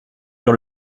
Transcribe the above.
sur